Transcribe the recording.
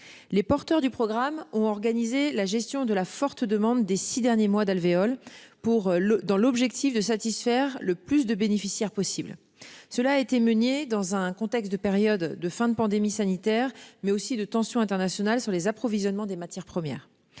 Les porteurs du programme ont organisé la gestion de la forte demande des 6 derniers mois d'alvéoles pour le dans l'objectif de satisfaire le plus de bénéficiaires possible. Cela a été menée dans un contexte de périodes de fin de pandémie sanitaire mais aussi de tensions internationales sur les approvisionnements des matières premières.